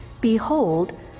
behold